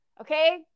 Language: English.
okay